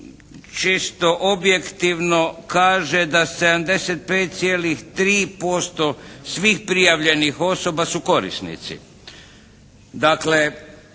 često objektivno kaže da 75,3% svih prijavljenih osoba su korisnici. Dakle,